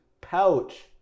pouch